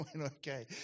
Okay